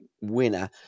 winner